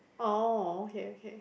oh okay okay